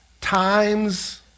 times